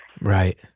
Right